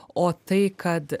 o tai kad